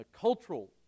cultural